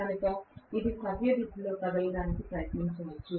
కనుక ఇది సవ్యదిశలో కదలడానికి ప్రయత్నించవచ్చు